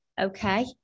Okay